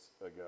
ago